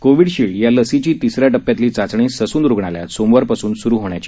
Covishield या लसीची तिस या टप्प्यातली चाचणी ससून रुग्णालयात सोमवारपासून सुरु होण्याची शक्यता आहे